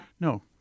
No